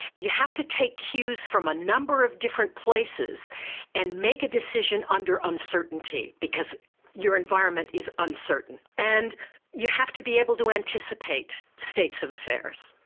you have to take cues from a number of different places and make a decision under uncertainty because your environment is uncertain and you have to be able to anticipate states of affairs.